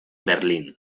berlín